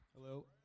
Hello